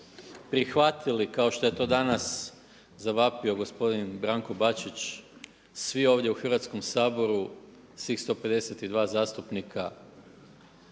prihvatili kao što je to danas zavapio gospodin Branko Bačić svi ovdje u Hrvatskom saboru, svih 152 zastupnika